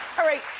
all right,